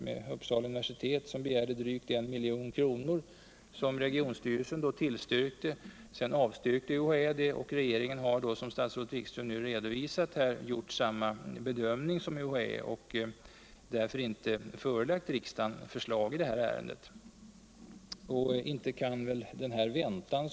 där Uppsala universitet begärde ytterligare drygt I milj.kr. Regionstyrelsen tillstyrkte detta, UHAÄ avstyrkte och regeringen har, som statsrådet Wikström nu redovisat. gjort samma bedömning som UHAÄ och därför inte förelagt riksdagen förslag i ärendet. Inte kan väl den väntan.